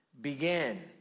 begin